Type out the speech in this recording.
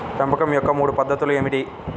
పెంపకం యొక్క మూడు పద్ధతులు ఏమిటీ?